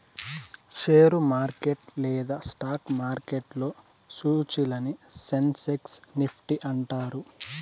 share market లేదా stock మార్కెట్లో సూచీలని సెన్సెక్స్ నిఫ్టీ అంటారు